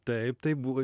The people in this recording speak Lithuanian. taip tai buvo